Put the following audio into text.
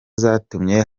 zatumye